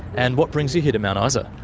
and what brings you here to mount isa?